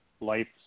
life